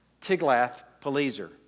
Tiglath-Pileser